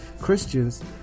Christians